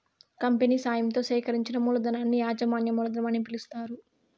company సాయంతో సేకరించిన మూలధనాన్ని యాజమాన్య మూలధనం అని పిలుస్తారు